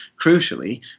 Crucially